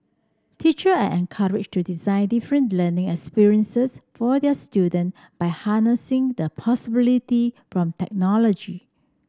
teacher are encouraged to design different learning experiences for their student by harnessing the possibility from technology